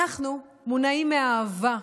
אנחנו מונעים מאהבה,